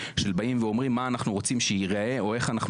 של באים ואומרים מה אנחנו רוצים שייראה או איך אנחנו